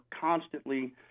constantly